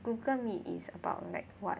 Google Meet is about like what